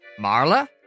Marla